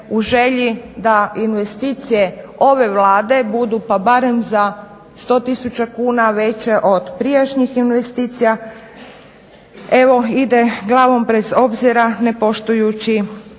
u želji da investicije ove Vlade budu pa barem za 100 000 kuna veće od prijašnjih investicija evo ide glavom bez obzira, ne poštujući